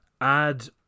Add